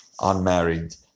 unmarried